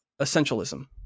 essentialism